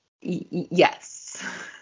Yes